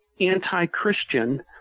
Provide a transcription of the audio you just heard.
anti-Christian